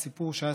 הסיפור שהיה,